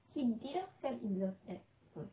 he didn't fell in love at first